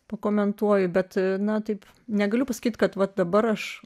pakomentuoju bet ne taip negaliu pasakyti kad va dabar aš